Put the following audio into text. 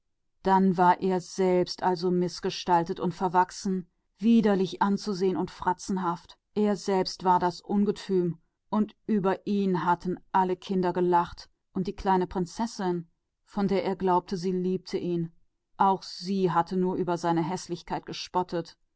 also war ungestalt und bucklig scheußlich anzusehen und grotesk er selbst war das scheusal und über ihn hatten die kinder gelacht und die kleine prinzessin die wie er geglaubt hatte ihn liebte auch sie hatte nur über seine